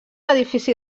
edifici